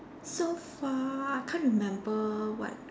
so far can't remember what